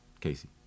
Casey